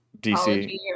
DC